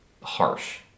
harsh